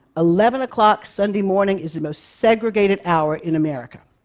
eleven o'clock sunday morning is the most segregated hour in america.